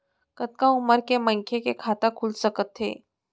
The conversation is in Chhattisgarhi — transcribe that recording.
कतका उमर के मनखे के खाता खुल सकथे?